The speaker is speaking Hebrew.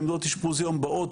שעמדות אשפוז יום באות,